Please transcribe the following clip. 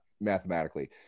mathematically